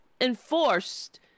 enforced